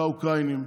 האוקראינים.